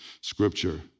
Scripture